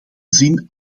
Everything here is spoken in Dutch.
zin